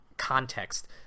context